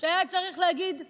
שהיה צריך להגיד דיינו.